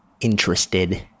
interested